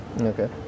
Okay